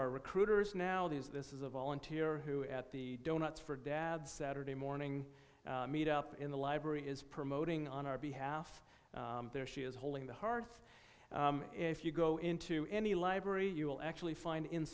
are recruiters now these this is a volunteer who at the donuts for dad saturday morning meet up in the library is promoting on our behalf there she is holding the hearth if you go into any law ibrary you will actually find in